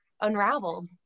unraveled